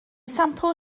sampl